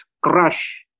crush